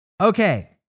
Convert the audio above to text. Okay